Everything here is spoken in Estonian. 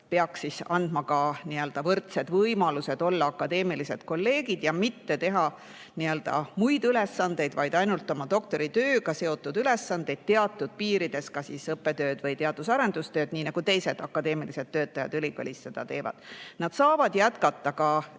peaks andma ka võrdsed võimalused olla akadeemilised kolleegid ja mitte teha muid ülesandeid, vaid täita ainult oma doktoritööga seotud ülesandeid ning teatud piirides ka õppetööd või teadus- ja arendustööd, nii nagu teised akadeemilised töötajad ülikoolis seda teevad. Nad saavad jätkata ka